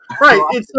Right